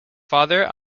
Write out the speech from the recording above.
father